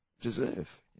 deserve